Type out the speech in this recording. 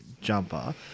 jumper